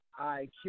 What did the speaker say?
IQ